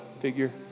figure